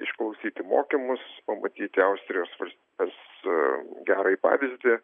išklausyti mokymus pamatyti austrijos valstybės gerąjį pavyzdį